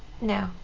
No